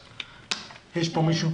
יש מישהו שמעוניין?